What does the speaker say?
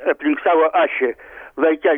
aplink savo ašį laike